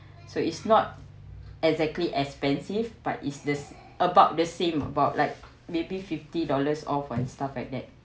so it's not exactly expensive but is this about the same about like maybe fifty dollars off and stuff like that